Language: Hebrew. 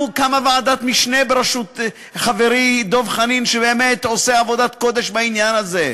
קמה ועדת משנה בראשות חברי דב חנין שבאמת עושה עבודת קודש בעניין הזה.